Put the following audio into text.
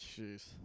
Jeez